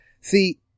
See